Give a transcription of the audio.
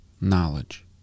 knowledge